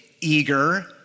eager